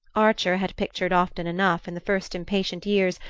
archer had pictured often enough, in the first impatient years,